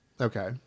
Okay